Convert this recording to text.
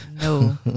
No